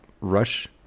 rush